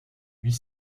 huit